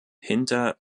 hinter